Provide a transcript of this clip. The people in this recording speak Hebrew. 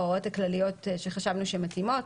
ההוראות הכלליות שחשבנו שהן מתאימות.